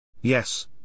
Yes